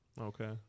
Okay